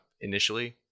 initially